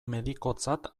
medikotzat